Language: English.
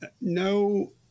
no